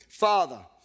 Father